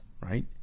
right